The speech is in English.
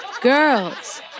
Girls